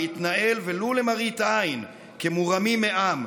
להתנהל ולו למראית עין כמורמים מעם.